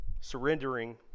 surrendering